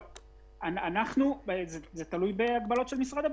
זה תלוי בהגבלות של משרד הבריאות.